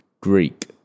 Greek